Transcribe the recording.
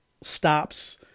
stops